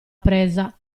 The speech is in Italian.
presa